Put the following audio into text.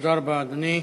תודה רבה, אדוני.